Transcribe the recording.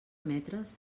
metres